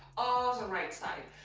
ah the right side.